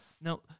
now